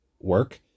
work